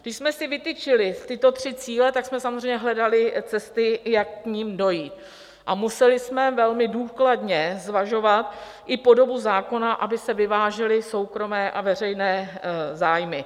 Když jsme si vytyčili tyto tři cíle, tak jsme samozřejmě hledali cesty, jak k nim dojít, a museli jsme velmi důkladně zvažovat i podobu zákona, aby se vyvážily soukromé a veřejné zájmy.